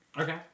Okay